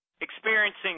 experiencing